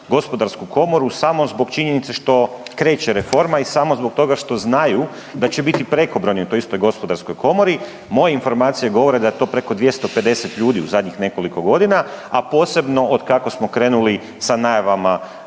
gospodarsku komoru samo zbog činjenice što kreće reforma i samo zbog toga što znaju da će biti prekobrojni u toj istoj gospodarskoj komori, moje informacije govore da je to preko 250 ljudi u zadnjih nekoliko godina, a posebno otkako smo krenuli sa najavama